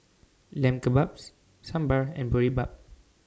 Lamb Kebabs Sambar and Boribap